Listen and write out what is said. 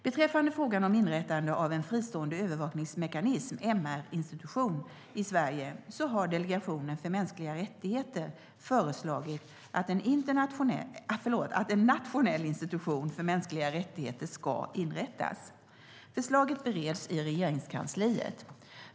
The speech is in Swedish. Beträffande frågan om inrättande av en fristående övervakningsmekanism/MR-institution i Sverige har Delegationen för mänskliga rättigheter föreslagit att en nationell institution för mänskliga rättigheter ska inrättas. Förslaget bereds i Regeringskansliet.